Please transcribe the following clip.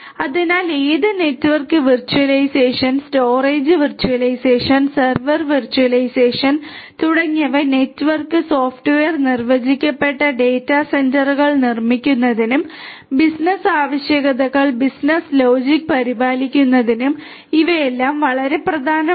അതിനാൽ ഏത് network virtualisation storage virtualisation server virtualisation തുടങ്ങിയവ നെറ്റ്വർക്ക് സോഫ്റ്റ്വെയർ നിർവചിക്കപ്പെട്ട ഡാറ്റാ സെന്ററുകൾ നിർമ്മിക്കുന്നതിനും ബിസിനസ്സ് ആവശ്യകതകൾ ബിസിനസ് ലോജിക് പരിപാലിക്കുന്നതിനും ഇവയെല്ലാം വളരെ പ്രധാനമാണ്